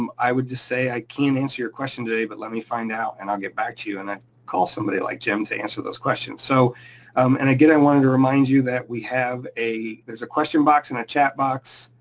um i would just say, i can't answer your question today, but let me find out and i'll get back to you. and i'd call somebody like jim to answer those questions. so um and again, i um wanted to remind you that we have a. there's a question box and a chat box.